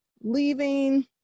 leaving